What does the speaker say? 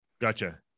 Gotcha